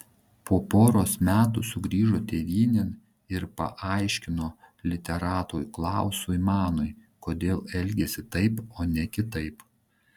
po poros metų sugrįžo tėvynėn ir paaiškino literatui klausui manui kodėl elgėsi taip o ne kitaip